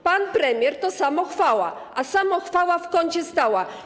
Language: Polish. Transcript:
Pan premier to samochwała, a samochwała w kącie stała.